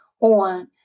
on